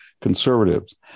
conservatives